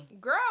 Girl